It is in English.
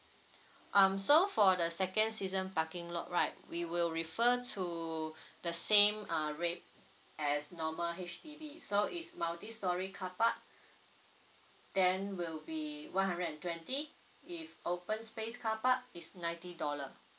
um so for the second season parking lot right we will refer to the same uh rate as normal H_D_B so is multi storey carpark then will be one hundred and twenty if open space carpark is ninety dollar